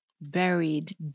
buried